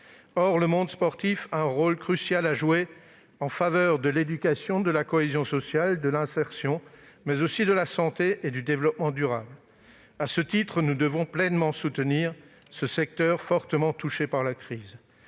Or le monde sportif a un rôle crucial à jouer en faveur de l'éducation, de la cohésion sociale et de l'insertion, mais aussi de la santé et du développement durable. À ce titre, nous devons pleinement soutenir ce secteur, fortement touché par la crise.